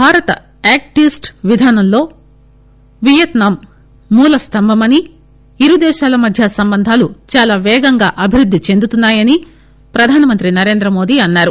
భారత act east విధానంలో Vietnam మూల స్తంభమని ఇరుదేశాల మధ్య సంబంధాలు చాలా వేగంగా అభివృద్ధి చెందుతున్నా యని ప్రధానమంత్రి నరేంద్ర మోదీ అన్సారు